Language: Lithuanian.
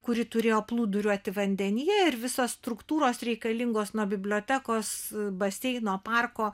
kuri turėjo plūduriuoti vandenyje ir visos struktūros reikalingos nuo bibliotekos baseino parko